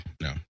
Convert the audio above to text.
no